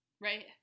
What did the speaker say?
Right